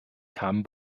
kamen